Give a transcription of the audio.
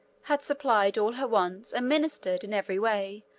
had supplied all her wants, and ministered, in every way,